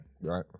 right